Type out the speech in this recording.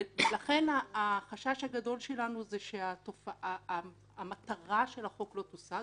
לכן החשש הגדול שלנו הוא שהמטרה של החוק לא תושג,